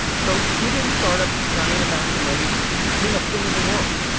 so giving startups giant amounts of money just became a thing in the world.